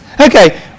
Okay